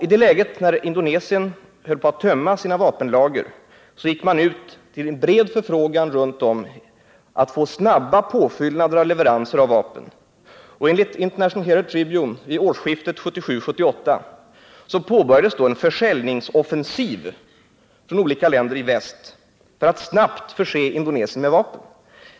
I det läget, när Indonesien höll på att tömma sina vapenlager, gick landet ut med en bred förfrågan om att få snabb påfyllnad med leveranser av vapen. Enligt International Herald Tribune påbörjades vid årsskiftet 1977-1978 en försäljningsoffensiv från olika länder i väst för att snabbt förse Indonesien med vapen.